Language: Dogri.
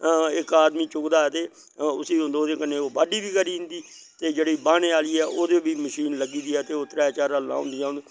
इक आदमी चुकदा ऐ ते उस्सी ओह्दे कन्ने बाह्ड्डी बी करी जंदी ते जेह्ड़ी बाह्ने आह्ली ऐ ओह्दे बी मशीन लग्गी दी ऐ ते ओह् त्रै चार हल्लां होंदियां